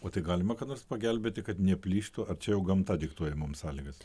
o tai galima ką nors pagelbėti kad neplyštų ar čia jau gamta diktuoja mums sąlygas